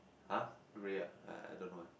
!huh! grey ah I I don't know eh